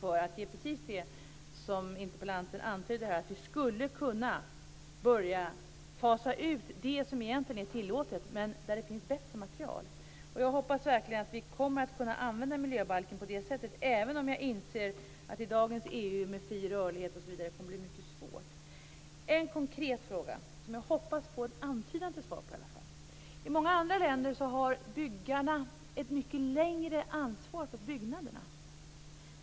Det var just - som interpellanten antydde - för att kunna börja fasa ut sådant som är tillåtet, men där det finns bättre material. Jag hoppas verkligen att vi kommer att kunna använda miljöbalken så, även om jag inser att det med dagens EU med fri rörlighet osv. kommer att bli svårt. Jag har en konkret fråga som jag hoppas att jag kommer att få en antydan till svar på. I många andra länder har byggarna ett mycket längre ansvar för byggnaderna.